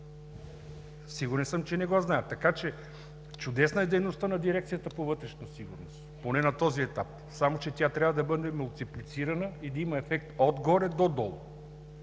Сигурен съм, че не го знаят. Така че чудесна е дейността на Дирекцията по вътрешна сигурност – поне на този етап, само че тя трябва да бъде мултиплицирана и да има ефект от горе до долу!